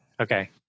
Okay